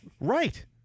Right